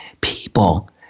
people –